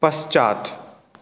पश्चात्